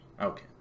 Okay